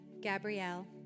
Gabrielle